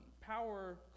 power